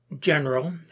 general